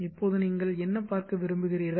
இப்போதுநீங்கள் என்ன பார்க்க விரும்புகிறீர்கள்